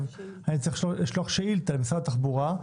אני צריך לשלוח שאילתה למשרד התחבורה,